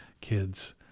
kids